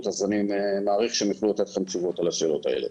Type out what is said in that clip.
אז אני מעריך שהם יוכלו לתת לכם תשובות על השאלות האלה.